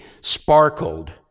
sparkled